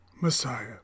Messiah